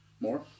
More